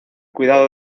cuidado